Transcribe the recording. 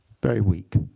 very weak.